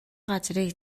газрыг